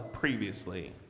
previously